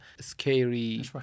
scary